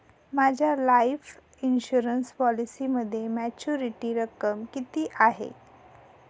माझ्या life insurance पॉलिसीमध्ये maturity रक्कम किती आहे?